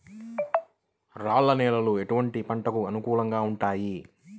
రాళ్ల నేలలు ఎటువంటి పంటలకు అనుకూలంగా ఉంటాయి?